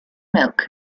milk